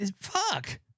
fuck